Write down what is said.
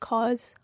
Cause